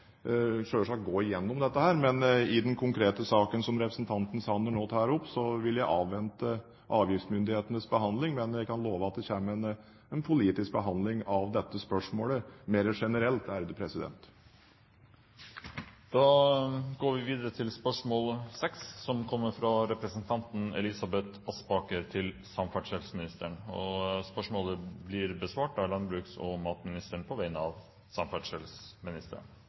gå igjennom dette, men når det gjelder denne konkrete saken, som representanten Sanner nå tar opp, vil jeg avvente avgiftsmyndighetenes behandling. Men jeg kan love at det kommer en mer generell politisk behandling av dette spørsmålet. Dette spørsmålet, fra representanten Elisabeth Aspaker til samferdselsministeren, vil bli besvart av landbruks- og matministeren på vegne av samferdselsministeren,